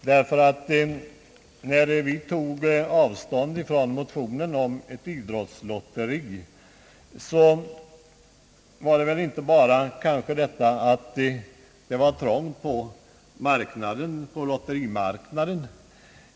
När vi tog avstånd från motionen om ett idrottslotteri berodde det väl inte bara på att det var trångt på lotterimarknaden.